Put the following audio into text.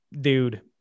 dude